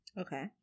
Okay